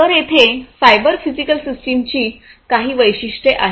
तर येथे cyber physical सिस्टमची काही वैशिष्ट्ये आहेत